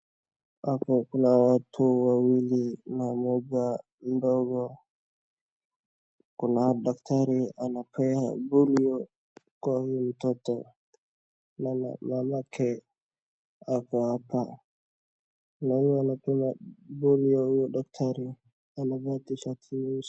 Hapo kuna watu wawili na mmoja ndogo. Kuna daktari anapea polio kwa huyu mtoto, na mamake ako hapa. Naona anapima polio huyu daktari. Anavaa t-shirt nyeusi.